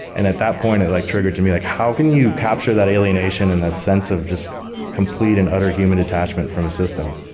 and at that point it like triggered to me, like how can you capture that alienation and that sense of just complete and utter human detachment from a system?